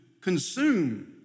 consume